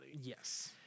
Yes